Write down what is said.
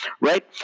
right